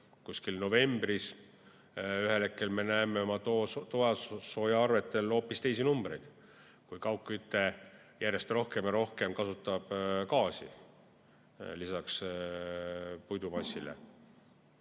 kuskil novembris ühel hetkel me näeme oma toasoojaarvetel hoopis teisi numbreid, kui kaugküte järjest rohkem ja rohkem kasutab gaasi lisaks puidumassile.